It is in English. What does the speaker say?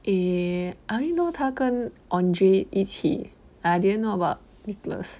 eh I only know 她跟 andre 一起 I didn't know about nicholas